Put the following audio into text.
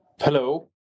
Hello